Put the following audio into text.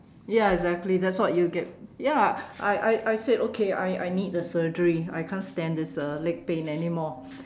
ya exactly that's what you get ya I I I said okay I I need the surgery I can't stand this uh leg pain anymore